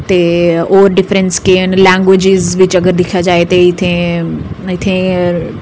ते होर डिफरैंस केह् न लैंग्वेजेें बिच अगर दिक्खेआ जा ते इत्थै इत्थै